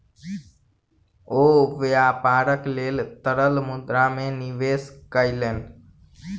ओ व्यापारक लेल तरल मुद्रा में निवेश कयलैन